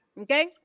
Okay